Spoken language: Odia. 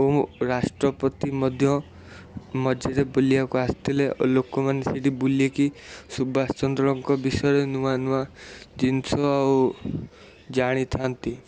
ଓ ରାଷ୍ଟ୍ରପତି ମଧ୍ୟ ମଝିରେ ବୁଲିବାକୁ ଆସିଥିଲେ ଓ ଲୋକମାନେ ସେଇଠି ବୁଲିକି ସୁବାଷଚନ୍ଦ୍ରଙ୍କ ବିଷୟରେ ନୂଆ ନୂଆ ଜିନିଷ ଆଉ ଜାଣିଥାନ୍ତି